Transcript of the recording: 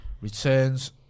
returns